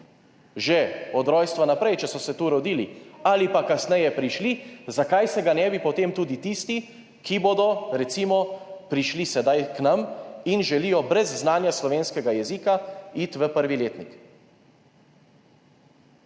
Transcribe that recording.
že od rojstva naprej, če so se tu rodili, ali pa kasneje prišli, zakaj se ga ne bi potem tudi tisti, ki bodo recimo prišli sedaj k nam in želijo brez znanja slovenskega jezika iti v 1. letnik?